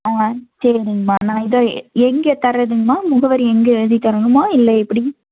ஆ சரிங்கமா நான் இதை எங்கே தரதுங்கமா முகவரி எங்கே எழுதி தரணுமா இல்லை எப்படிங்